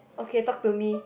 okay talk to me